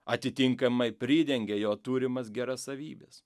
atitinkamai pridengia jo turimas geras savybes